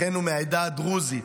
אחינו מהעדה הדרוזית,